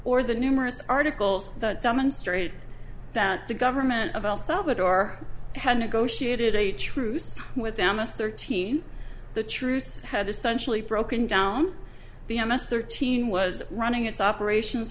or the numerous articles that demonstrate that the government of el salvador had negotiated a truce with them us thirteen the truce had essentially broken down the m s thirteen was running its operations